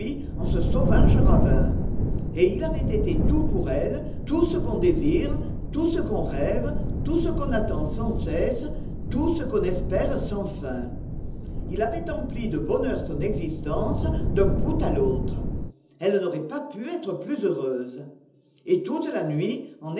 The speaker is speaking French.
en ce sauvage ravin et il aait été tout pour elle tout ce qu'on désire tout ce qu'on rêve tout ce qu'on attend sans cesse tout ce qu'on espère sans fin ii avait empli de bonheur son existence d'un bout à l'autre elle n'aurait pas pu être plus heureuse et toute la nuit